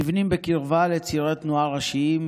מבנים בקרבה לצירי תנועה ראשיים,